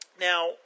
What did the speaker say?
Now